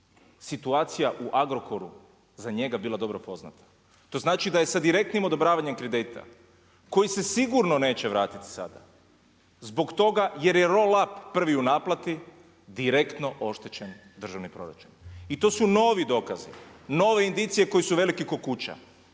situacija u Agrokoru za njega bila dobro poznata. To znači da je sa direktnim odobravanjem kredita koji se sigurno neće vratiti sada zbog toga jer je roll up prvi u naplati direktno oštećen državni proračun. I to su novi dokazi, nove indicije koje su velike kao kuća.